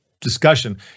discussion